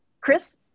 Chris